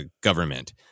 government